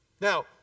Now